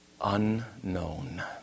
unknown